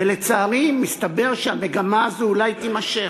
ולצערי, מסתבר שהמגמה הזו אולי תימשך.